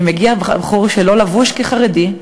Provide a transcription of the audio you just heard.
אם מגיע בחור שלא לבוש כחרדי,